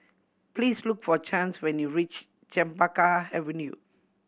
please look for Chance when you reach Chempaka Avenue